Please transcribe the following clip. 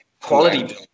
Quality